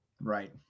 Right